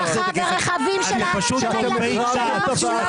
--- ואיפה האבטחה ורכבים של הילדים שלו?